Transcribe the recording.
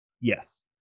Yes